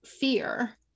fear